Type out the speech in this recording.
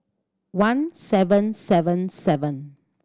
one seven seven seven